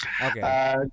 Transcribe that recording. Okay